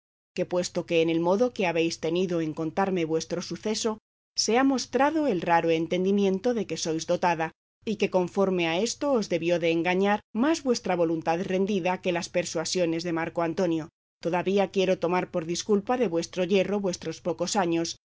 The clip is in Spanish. que puesto que en el modo que habéis tenido en contarme vuestro suceso se ha mostrado el raro entendimiento de que sois dotada y que conforme a esto os debió de engañar más vuestra voluntad rendida que las persuasiones de marco antonio todavía quiero tomar por disculpa de vuestro yerro vuestros pocos años